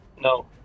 No